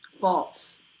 false